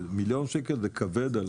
מיליון שקל זה כבד.